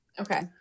Okay